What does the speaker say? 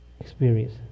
experience